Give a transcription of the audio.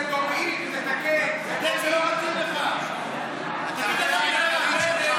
למה שלחו אותך לענות?